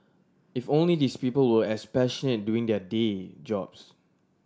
if only these people were as passionate doing their day jobs